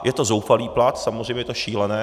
Je to zoufalý plat, samozřejmě je to šílené.